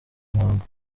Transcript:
muhango